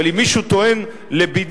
אבל אם מישהו טוען לבידוד,